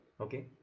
Okay